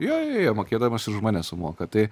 jo jo jo mokėtodamas už mane sumoka tai